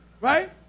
Right